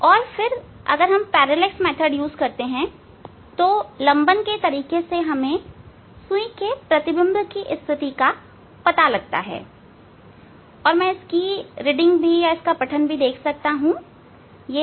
और फिर लंबन तरीके से हमें सुई के प्रतिबिंब की स्थिति पता लगती है और इसकी रीडिंग मैं देख सकता हूं 542